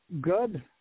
Good